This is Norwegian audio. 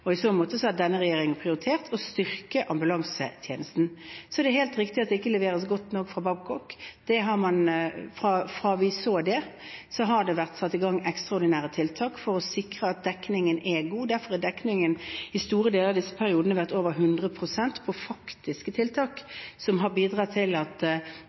så måte har denne regjeringen prioritert å styrke ambulansetjenesten. Så er det helt riktig at det ikke leveres godt nok fra Babcock. Fra vi så det, har det vært satt i gang ekstraordinære tiltak for å sikre at dekningen er god. Derfor har dekningen i store deler av disse periodene vært over 100 pst. på faktiske tiltak, som har bidratt til at